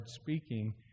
speaking